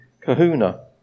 kahuna